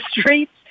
streets